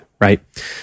Right